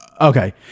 Okay